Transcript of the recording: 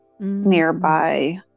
nearby